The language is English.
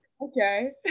okay